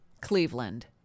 Cleveland